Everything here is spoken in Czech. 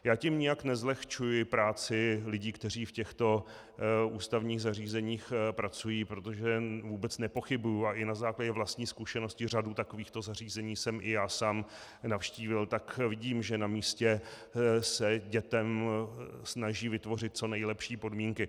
Já tím nijak nezlehčuji práci lidí, kteří v těchto ústavních zařízeních pracují, protože vůbec nepochybuji a i na základě vlastní zkušenosti, řadu takovýchto zařízení jsem i já sám navštívil, tak vidím, že se na místě snaží dětem vytvořit co nejlepší podmínky.